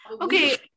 Okay